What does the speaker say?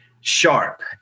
sharp